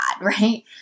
right